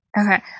okay